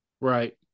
Right